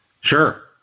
Sure